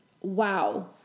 Wow